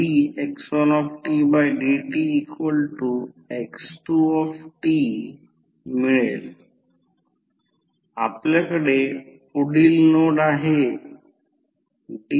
आता एका आयडियल ट्रान्सफॉर्मरमध्ये d∅dt प्रायमरी आणि सेकंडरी दोन्ही वाइंडिंगसाठी समान आहे कारण फ्लक्स प्रायमरी आणि सेकंडरी दोन्ही वाइंडिंगला जोडणारा आहे